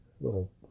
little